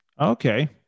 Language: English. Okay